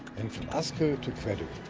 and from asko to kvaddo